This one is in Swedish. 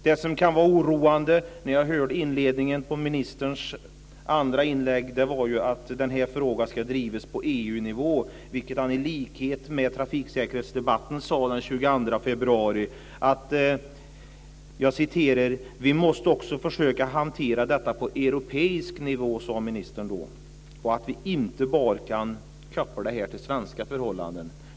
Det som kan vara oroande när jag hörde inledningen på ministerns andra inlägg var att den här frågan ska drivas på EU-nivå, vilket han likaså sade i trafiksäkerhetsdebatten den 22 februari. Vi måste också försöka hantera detta på europeisk nivå, sade ministern då, att vi inte bara kan koppla det här till svenska förhållanden.